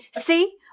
see